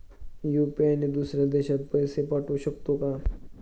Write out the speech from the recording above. UPI ने दुसऱ्या देशात पैसे पाठवू शकतो का?